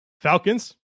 Falcons